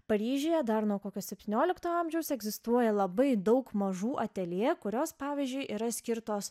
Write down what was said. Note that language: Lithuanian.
paryžiuje dar nuo kokio septyniolikto amžiaus egzistuoja labai daug mažų ateljė kurios pavyzdžiui yra skirtos